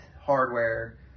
hardware